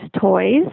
toys